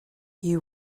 you